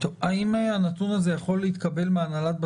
לעניין,